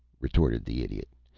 retorted the idiot,